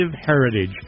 Heritage